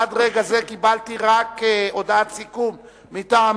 עד רגע זה קיבלתי הודעת סיכום רק מטעם